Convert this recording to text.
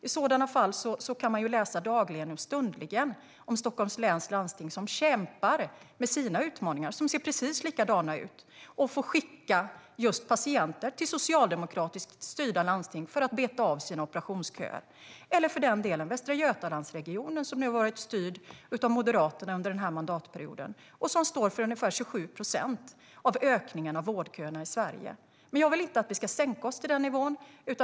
I så fall kan man ju dagligen och stundligen läsa om Stockholms läns landsting, som kämpar med sina utmaningar - som ser precis likadana ut - och får skicka patienter till socialdemokratiskt styrda landsting för att beta av sina operationsköer. Eller titta på Västra Götalandsregionen, som varit styrd av Moderaterna under den här mandatperioden och som står för ungefär 27 procent av ökningen av vårdköerna i Sverige. Men jag vill inte att vi ska sänka oss till den nivån.